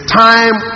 time